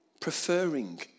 preferring